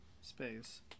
Space